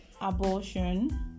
abortion